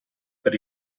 per